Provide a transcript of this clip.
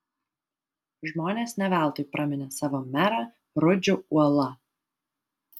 žmonės ne veltui praminė savo merą rudžiu uola